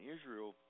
Israel